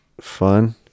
fun